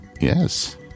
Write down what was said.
Yes